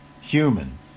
human